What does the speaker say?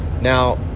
Now